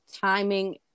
timing